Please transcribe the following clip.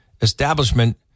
establishment